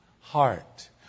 heart